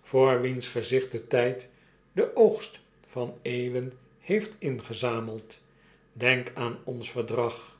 voor wiens gezicht de tgd den oogst van eeuwen heeft ingezameld denk aan ons verdrag